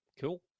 Cool